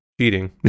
cheating